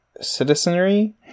Citizenry